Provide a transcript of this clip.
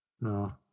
no